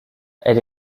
elle